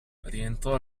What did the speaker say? rientrò